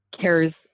cares